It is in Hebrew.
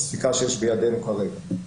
הספיקה שיש בידנו כרגע.